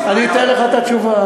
אני אתן לך את התשובה.